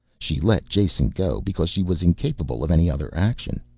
she let jason go because she was incapable of any other action.